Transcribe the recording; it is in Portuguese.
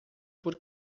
por